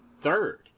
third